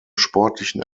sportlichen